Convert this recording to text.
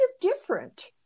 different